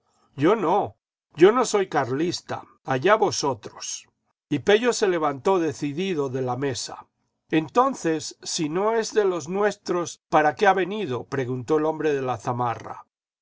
yo no yo no soy carhsta allá vosotros y pello se levantó decidido de la mesa entonces si no es de los nuestros para qué ha venido preguntó el hombre de la zamarra